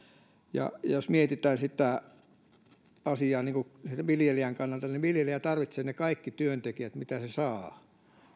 jos mietitään tätä asiaa viljelijän kannalta niin viljelijä tarvitsee kaikki työntekijät mitä hän saa